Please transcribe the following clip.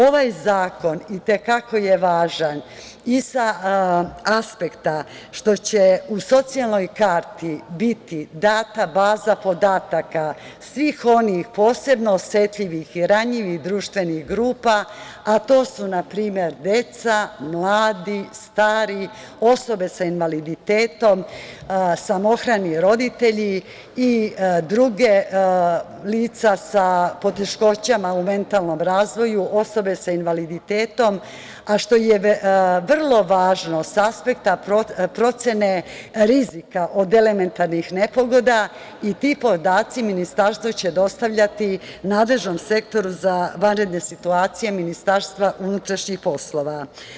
Ovaj zakon i te kako je važan i sa aspekta što će u socijalnoj karti biti data baza podataka svih onih posebno osetljivih i ranjivih društvenih grupa, a to su na primer deca, mladi, stari, osobe sa invaliditetom, samohrani roditelji i druga lica sa poteškoćama u mentalnom razvoju, osobe sa invaliditetom, a što je vrlo važno sa aspekta procene rizika od elementarnih nepogoda i ti podaci ministarstvo će dostavljati nadležnom Sektoru za vanredne situacije MUP-a.